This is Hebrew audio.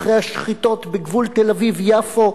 אחרי השחיטות בגבול תל-אביב-יפו,